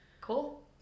Cool